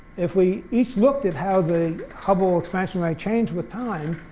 if we each looked at how the hubble expansion rate changed with time,